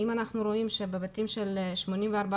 אנחנו רואים שבבתים יהודים,